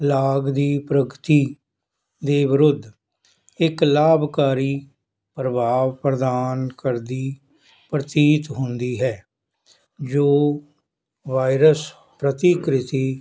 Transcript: ਲਾਗ ਦੀ ਪ੍ਰਗਤੀ ਦੇ ਵਿਰੁੱਧ ਇੱਕ ਲਾਭਕਾਰੀ ਪ੍ਰਭਾਵ ਪ੍ਰਦਾਨ ਕਰਦੀ ਪ੍ਰਤੀਤ ਹੁੰਦੀ ਹੈ ਜੋ ਵਾਇਰਸ ਪ੍ਰਤੀਕ੍ਰਿਤੀ